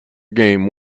game